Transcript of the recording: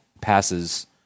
passes